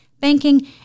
banking